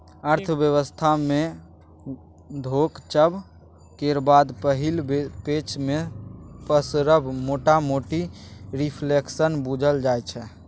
अर्थव्यवस्था मे घोकचब केर बाद पहिल फेज मे पसरब मोटामोटी रिफ्लेशन बुझल जाइ छै